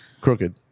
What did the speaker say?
Crooked